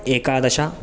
एकादश